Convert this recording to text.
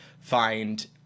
find